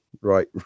right